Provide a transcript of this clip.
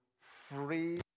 free